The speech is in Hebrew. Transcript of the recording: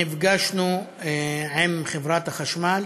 נפגשנו עם חברת החשמל,